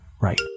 right